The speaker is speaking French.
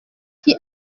qui